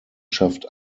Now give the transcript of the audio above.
schafft